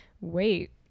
wait